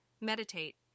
Meditate